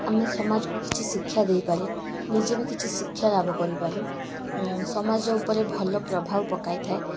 ଆମେ ସମାଜକୁ କିଛି ଶିକ୍ଷା ଦେଇପାରେ ନିଜେ ବି କିଛି ଶିକ୍ଷା ଲାଭ କରିପାରୁ ସମାଜ ଉପରେ ଭଲ ପ୍ରଭାବ ପକାଇଥାଏ